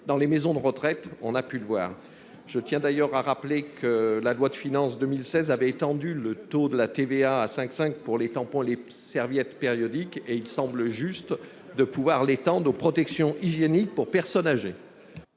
dans les maisons de retraite, comme on a pu le constater. Je tiens d'ailleurs à rappeler que la loi de finances pour 2016 avait étendu le taux de la TVA à 5,5 % aux tampons et aux serviettes périodiques. Il semble juste de l'étendre aux protections hygiéniques pour personnes âgées.